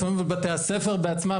לפעמים בתי הספר בעצמם,